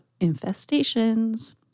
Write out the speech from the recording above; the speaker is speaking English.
infestations